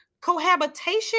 Cohabitation